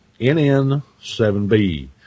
NN7B